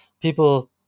people